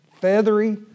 feathery